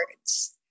words